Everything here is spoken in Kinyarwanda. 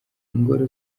ingoro